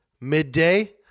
midday